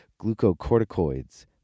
glucocorticoids